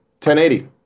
1080